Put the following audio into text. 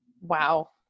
Wow